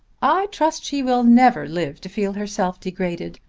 i trust she will never live to feel herself degraded.